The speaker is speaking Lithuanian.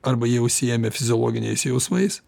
arba jie užsiėmę fiziologiniais jausmais